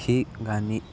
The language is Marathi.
ही गाणी